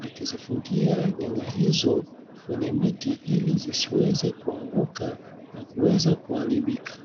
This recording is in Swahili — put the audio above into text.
akizifungia nyanya hizo kwenye miti ili zisiweze kuanguka na kuweza kuharibika.